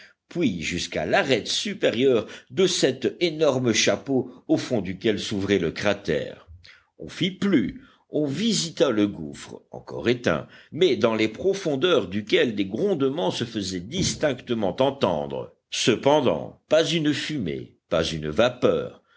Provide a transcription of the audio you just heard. puis jusqu'à l'arête supérieure de cet énorme chapeau au fond duquel s'ouvrait le cratère on fit plus on visita le gouffre encore éteint mais dans les profondeurs duquel des grondements se faisaient distinctement entendre cependant pas une fumée pas une vapeur